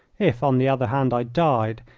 if, on the other hand, i died,